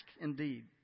indeed